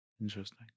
Interesting